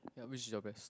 which is the best